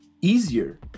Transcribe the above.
easier